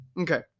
Okay